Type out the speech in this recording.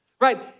right